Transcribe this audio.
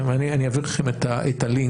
אני אעביר לכם את הלינק,